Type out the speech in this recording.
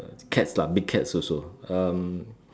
cats lah big cats also um